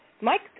Mike